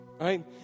right